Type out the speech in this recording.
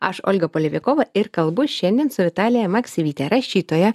aš olga polevikova ir kalbu šiandien su vitalija maksivyte rašytoja